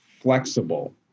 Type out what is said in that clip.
flexible